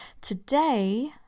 Today